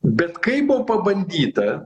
bet kai buvo pabandyta